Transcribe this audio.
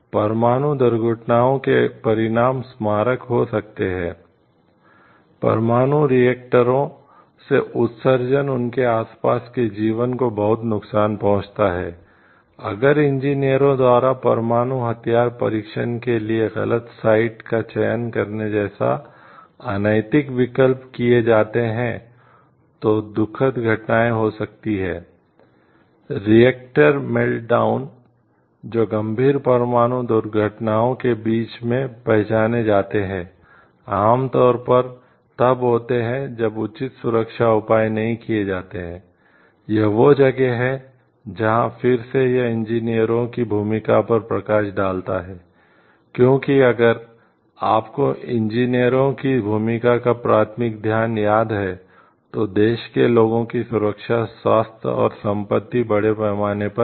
परमाणु दुर्घटनाओं के परिणाम स्मारक हो सकते हैं परमाणु रिएक्टरों की भूमिका का प्राथमिक ध्यान याद है तो देश के लोगों की सुरक्षा स्वास्थ्य और संपत्ति बड़े पैमाने पर है